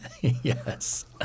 Yes